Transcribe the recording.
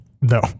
No